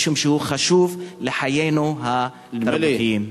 משום שהוא חשוב לחיינו התרבותיים.